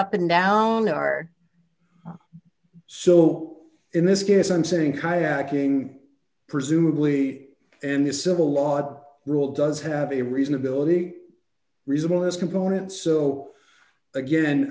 up and down are so in this case i'm saying kayaking presumably in the civil lot rule does have a reason ability reasonable as components so again